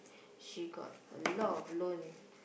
she got a lot of loan